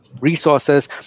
resources